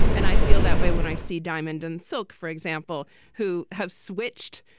and i feel that way when i see diamond and silk, for example, who have switched.